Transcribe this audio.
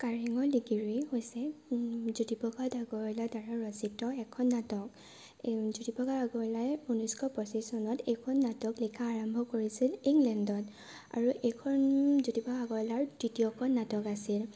কাৰেঙৰ লিগিৰী হৈছে জ্যোতিপ্ৰসাদ আগৰৱালাৰ দ্বাৰা ৰচিত এখন নাটক জ্যোতিপ্ৰসাদ আগৰৱালাই ঊনৈছশ পঁচিছ চনত এইখন নাটক লিখা আৰম্ভ কৰিছিল ইংলেণ্ডত আৰু এইখন জ্যোতিপ্ৰসাদ আগৰৱালাৰ তৃতীয়খন নাটক আছিল